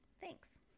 thanks